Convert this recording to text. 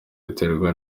biterwa